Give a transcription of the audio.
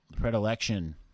predilection